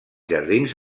jardins